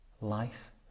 life